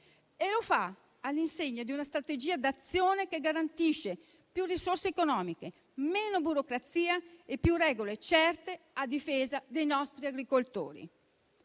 E lo fa all'insegna di una strategia d'azione che garantisce più risorse economiche, meno burocrazia e più regole certe a difesa dei nostri agricoltori.